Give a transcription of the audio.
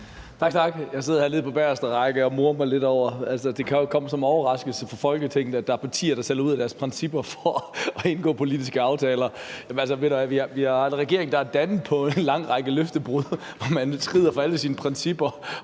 Tak. Jeg sad hernede på bageste række og morede mig lidt over det. Det kan jo ikke komme som en overraskelse for Folketinget, at der er partier, der sælger ud af deres principper for at indgå politiske aftaler. Altså, ved du hvad, vi har en regering, der er dannet på en lang række løftebrud, og man skrider fra alle sine principper